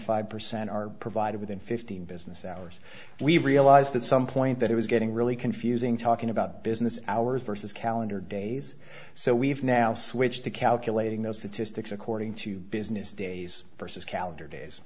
five percent are provided within fifteen business hours we realized at some point that it was getting really confusing talking about business hours versus calendar days so we've now switched to calculating those statistics according to business days versus calendar days